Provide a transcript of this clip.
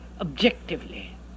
objectively